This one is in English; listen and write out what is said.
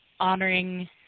Honoring